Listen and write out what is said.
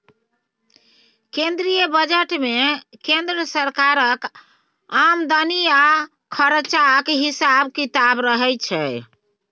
केंद्रीय बजट मे केंद्र सरकारक आमदनी आ खरचाक हिसाब किताब रहय छै